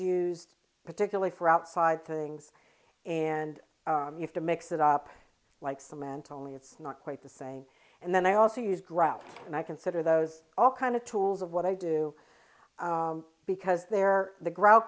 used particularly for outside things and you have to mix it up like cement only it's not quite the same and then i also use grout and i consider those all kind of tools of what i do because they're the gro